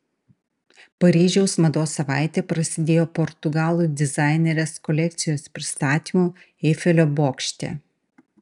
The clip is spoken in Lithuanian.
paryžiaus mados savaitė prasidėjo portugalų dizainerės kolekcijos pristatymu eifelio bokšte